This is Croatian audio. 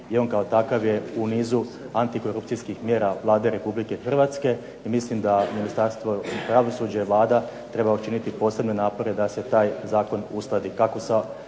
i on kao takav je u nizu antikorupcijskih mjera Vlade Republike Hrvatske. I mislim da Ministarstvo pravosuđa i Vlada trebaju učiniti posebne napore da se taj zakon uskladi kako sa